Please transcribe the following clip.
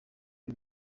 iri